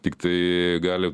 tiktai gali